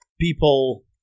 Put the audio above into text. people